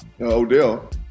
Odell